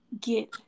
get